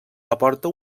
aporta